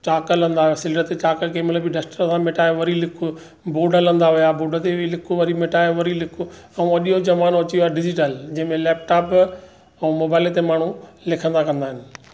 चाक हलंदा हुआ स्लेट ते चाक कंहिं महिल बि डस्टर सां मिटाए वरी लिखु बोर्ड हलंदा हुआ बोर्ड ते बि लिखु वरी मिटाए वरी लिखु ऐं अॼु जो ज़मानो अची वियो आहे डिजीटल जंहिंमें लैपटॉप ऐं मोबाइल ते माण्हू लिखंदा कंदा आहिनि